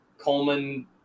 Coleman